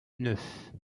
neuf